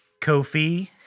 Kofi